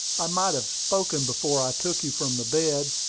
i might have spoken before i took you from the bed.